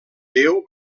déu